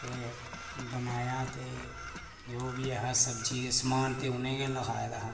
ते बनाया ते जो बी ऐ सब्जी समान ते उनें गै लिखाए दा हा